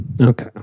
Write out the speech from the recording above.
Okay